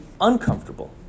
uncomfortable